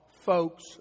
folks